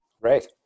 right